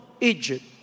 Egypt